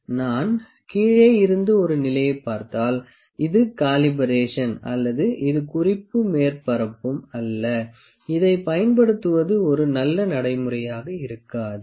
நான் கீழே இருந்து ஒரு நிலையைப் பார்த்தால் இது காலிபரேஷன் அல்லது இது குறிப்பு மேற்பரப்பும் அல்ல இதைப் பயன்படுத்துவது ஒரு நல்ல நடைமுறையாக இருக்காது